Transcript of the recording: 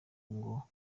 ngo